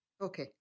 Okay